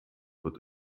wird